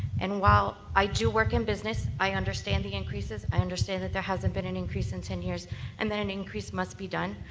and while i do work in business, i understand the increases, i understand there hasn't been an increase in ten years and that an increase must be done,